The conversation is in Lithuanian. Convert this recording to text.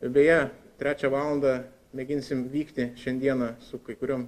beje trečią valandą mėginsim vykti šiandieną su kai kuriom